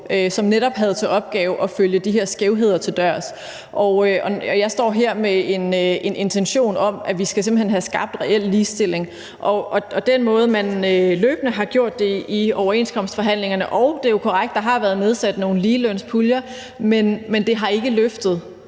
som netop havde til opgave at følge de her skævheder til dørs. Og jeg står her med en intention om, at vi simpelt hen skal have skabt reel ligestilling. Det handler om måden, man løbende har gjort det på i overenskomstforhandlingerne. Det er jo korrekt, at der har været nedsat nogle ligelønspuljer, men det har ikke løftet